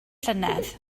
llynedd